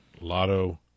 Lotto